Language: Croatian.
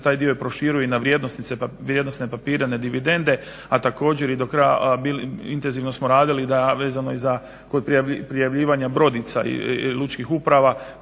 taj dio i proširuje i na vrijednosne papire i dividende. A također, i do kraja intenzivno smo radili da vezano i kod prijavljivanja brodica lučkih uprava